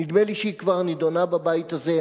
נדמה לי שהיא כבר נדונה בבית הזה.